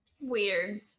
weird